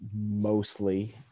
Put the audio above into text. mostly